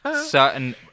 certain